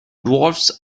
dwarfs